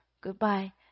Goodbye